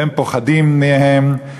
והם פוחדים מהם.